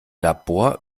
labor